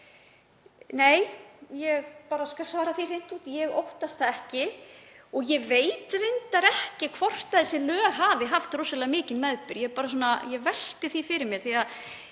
Nei. Ég skal svara því hreint út, ég óttast það ekki. Ég veit reyndar ekki hvort þessi lög hafi haft rosalega mikinn meðbyr, ég velti því fyrir mér.